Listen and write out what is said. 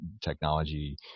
technology